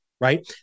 right